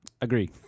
Agree